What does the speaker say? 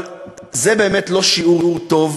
אבל זה באמת לא שיעור טוב,